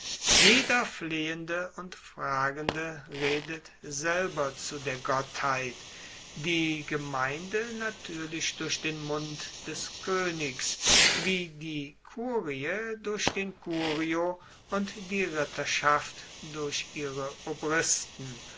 jeder flehende und fragende redet selber zu der gottheit die gemeinde natuerlich durch den mund des koenigs wie die kurie durch den curio und die ritterschaft durch ihre obristen